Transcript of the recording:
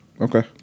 Okay